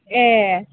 ए